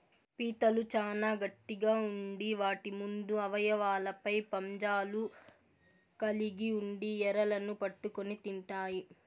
పీతలు చానా గట్టిగ ఉండి వాటి ముందు అవయవాలపై పంజాలు కలిగి ఉండి ఎరలను పట్టుకొని తింటాయి